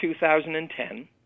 2010